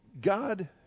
God